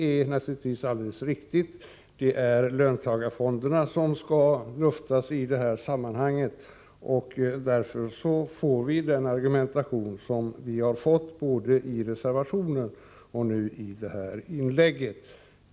Som jag sade förut, är det löntagarfonderna som skall luftas i det här sammanhanget, och därför får vi den argumentation som har framförts både i reservationen och nu i Sten Svenssons inlägg.